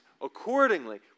accordingly